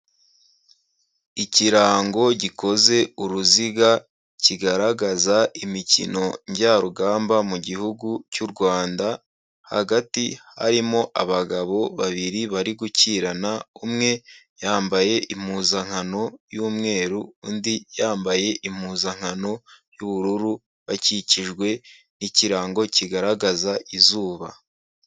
Ikirango gikoze uruziga kigaragaza imikino njyarugamba mu Gihugu cy'u Rwanda. Hagati harimo abagabo babiri barigukirana. Umwe yambaye impuzankano y'umweru, undi yambaye impuzankano y'ubururu. Bakikijwe n'ikirango kigaragaza izuba.